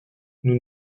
nous